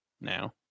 now